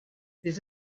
les